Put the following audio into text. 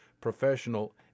professional